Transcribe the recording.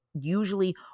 usually